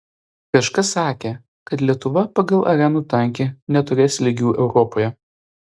kažkas sakė kad lietuva pagal arenų tankį neturės lygių europoje